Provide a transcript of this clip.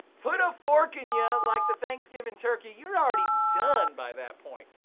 put a fork in you like the thanksgiving turkey, you're already done by that point.